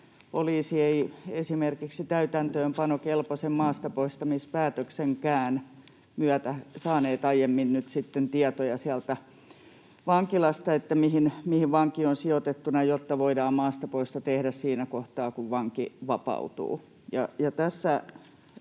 poliisi ei esimerkiksi täytäntöönpanokelpoisen maastapoistamispäätöksenkään myötä saanut aiemmin nyt sitten tietoja sieltä vankilasta, mihin vanki on sijoitettuna, jotta voidaan maastapoisto tehdä siinä kohtaa, kun vanki vapautuu.